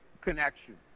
connection